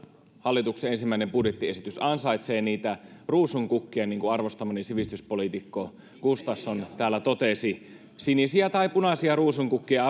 hallituksen ensimmäinen budjettiesitys ansaitsee niitä ruusunkukkia niin kuin arvostamani sivistyspoliitikko gustafsson täällä totesi sinisiä tai punaisia ruusunkukkia